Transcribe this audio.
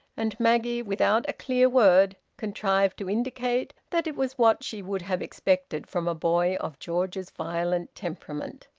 and maggie, without a clear word, contrived to indicate that it was what she would have expected from a boy of george's violent temperament.